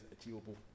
achievable